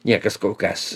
niekas kol kas